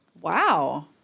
Wow